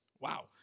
Wow